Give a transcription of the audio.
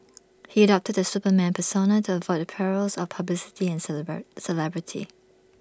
he adopted the Superman persona to avoid the perils of publicity and celebrity